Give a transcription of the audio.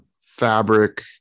fabric